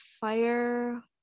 fire